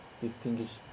distinguish